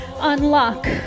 unlock